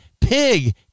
pig